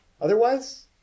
Otherwise